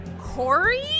Corey